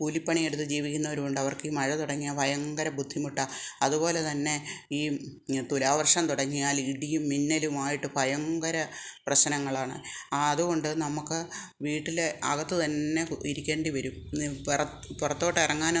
കൂലി പണിയെടുത്ത് ജീവിക്കുന്നവരുമുണ്ട് അവർക്ക് ഈ മഴ തുടങ്ങിയാൽ ഭയങ്കര ബുദ്ധിമുട്ടാണ് അതുപോലെതന്നെ ഈ തുലാവർഷം തുടങ്ങിയാൽ ഇടിയും മിന്നലും ആയിട്ട് ഭയങ്കര പ്രശ്നങ്ങളാണ് ആ അതുകൊണ്ട് നമുക്ക് വീട്ടിലെ അകത്തുതന്നെ കു ഇരിക്കേണ്ടിവരും പുറത്തോട്ട് ഇറങ്ങാനോ